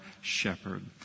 shepherd